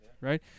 right